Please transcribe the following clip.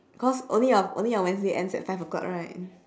cause only on only on wednesday ends at five o'clock right